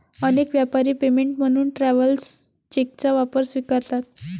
अनेक व्यापारी पेमेंट म्हणून ट्रॅव्हलर्स चेकचा वापर स्वीकारतात